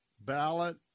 ballot